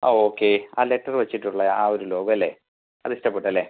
ആ ഓക്കെ ആ ലെറ്റർ വെച്ചിട്ടുള്ള ആ ഒരു ലോഗോ അല്ലേ അത് ഇഷ്ടപ്പെട്ടല്ലേ